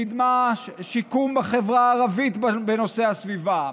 קידמה שיקום בחברה הערבית בנושא הסביבה,